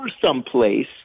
someplace